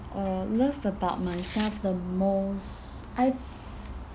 uh love about myself the most I